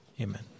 Amen